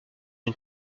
une